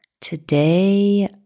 Today